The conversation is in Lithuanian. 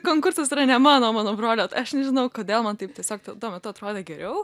konkursas yra ne mano o mano brolio tai aš nežinau kodėl man taip tiesiog tuo metu atrodė geriau